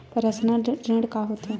Personal ऋण का होथे?